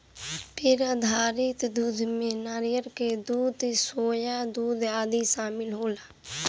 पेड़ आधारित दूध में नारियल के दूध, सोया दूध आदि शामिल होला